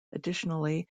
additionally